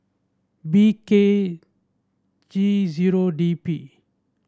B K G zero D P